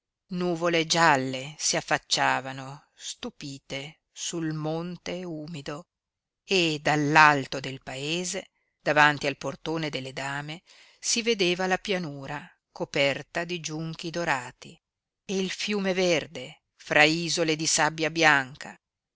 nuvole gialle si affacciavano stupite sul monte umido e dall'alto del paese davanti al portone delle dame si vedeva la pianura coperta di giunchi dorati e il fiume verde fra isole di sabbia bianca